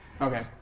Okay